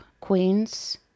Queens